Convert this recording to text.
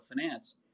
finance